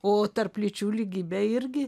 o tarp lyčių lygybė irgi